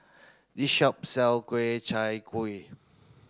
this shop sell Ku Chai Kueh